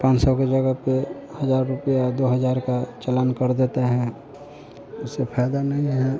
पाँच सौ के जगह पर हजार रुपया दो हजार का चालान कर देते हैं उससे फायदा नहीं है